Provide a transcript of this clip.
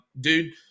dude